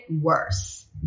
worse